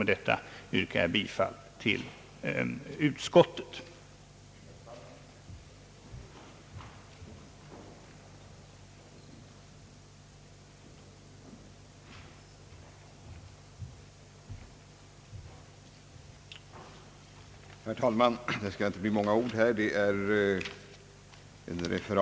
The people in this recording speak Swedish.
Med detta yrkar jag bifall till utskottets hemställan.